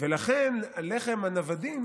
לכן, לחם הנוודים